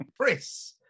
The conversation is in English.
Chris